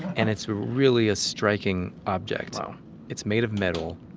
and it's really a striking object. so it's made of metal.